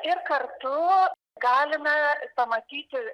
ir kartu galime pamatyti